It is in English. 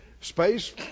Space